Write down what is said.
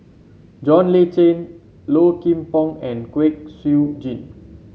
John Le Cain Low Kim Pong and Kwek Siew Jin